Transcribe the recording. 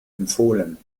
empfohlen